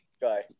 guy